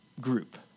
group